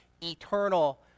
eternal